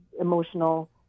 emotional